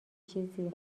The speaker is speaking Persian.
چیزی